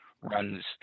runs